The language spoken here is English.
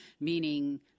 meaning